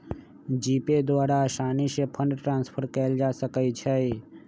GPay द्वारा असानी से फंड ट्रांसफर कयल जा सकइ छइ